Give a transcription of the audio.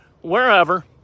wherever